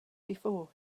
before